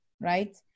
right